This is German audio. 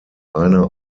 einer